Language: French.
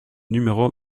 numéro